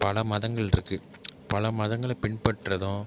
பல மதங்கள் இருக்குது பல மதங்களை பின்பற்றதும்